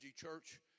church